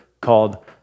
called